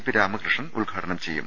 P Ramakrishnan ഉദ്ഘാടനം ചെയ്യും